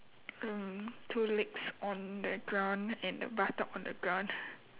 um two legs on the ground and the buttock on the ground